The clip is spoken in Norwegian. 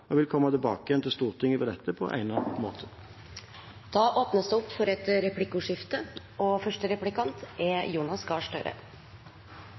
og vil komme tilbake igjen til Stortinget med dette på egnet måte. Det blir replikkordskifte. Det